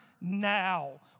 now